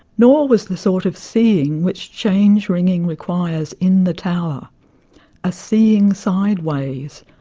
nor was the sort of seeing which change ringing requires in the tower a seeing sideways,